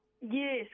Yes